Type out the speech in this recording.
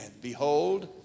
Behold